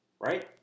right